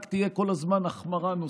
תהיה כל הזמן החמרה נוספת.